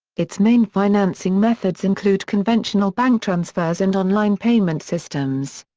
its main financing methods include conventional bank transfers and online payment systems.